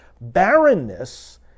Barrenness